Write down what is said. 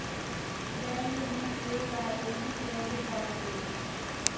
Bank में KYC कैसे करायें?